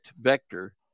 vector